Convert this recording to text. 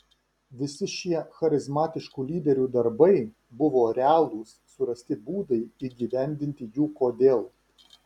visi šie charizmatiškų lyderių darbai buvo realūs surasti būdai įgyvendinti jų kodėl